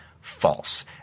false